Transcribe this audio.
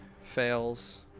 fails